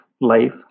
life